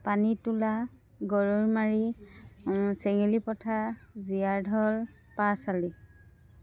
পানী তোলা গৰৈমাৰি চেঙেলী পথাৰ জীয়াঢল পাঁচআলি